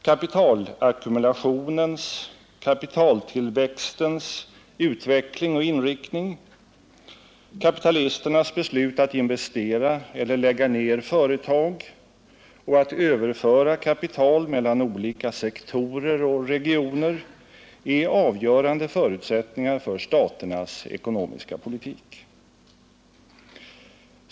Kapitalackumulationens — kapitaltillväxtens — utveckling och inriktning, kapitalisternas beslut att investera eller lägga ned företag och att överföra kapital mellan olika sektorer och regioner är avgörande förutsättningar för staternas ekonomiska politik.